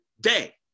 day